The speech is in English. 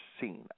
seen